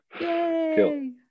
Yay